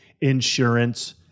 insurance